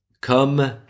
come